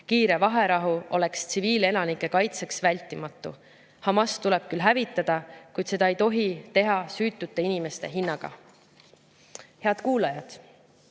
Kiire vaherahu oleks tsiviilelanike kaitseks vältimatu. Ḩamās tuleb küll hävitada, kuid seda ei tohi teha süütute inimeste hinnaga. Head kuulajad!